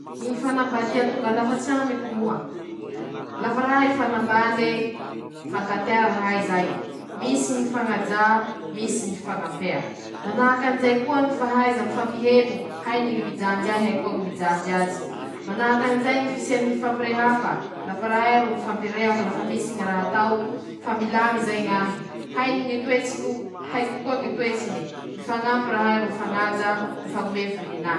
Ñy fanambalia tonga lafatsy amiko moa <…> :-lafa rahay hifanamabaly ee, mifankatea rahay zay, misy ñy fifañaja, misy ñy fifañampea. -Manahaky anizay koa ñy fahaiza mifampiheno ;hainy ñy mijanjy ahy, haiko koa ñymijanjy azy " haaaa " -Manahaky anizay ñy fisiany ñy fifampirehafa: lafa rahay ro mifampirehaky lafa misy ñy raha atao fa milamy zay ñahy ;hainy ñy toetsiko, haiko koa ñy toetsiny ee; mifañampy rahay romifañaja rahay, mifañome voninahi<…>.